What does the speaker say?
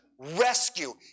rescue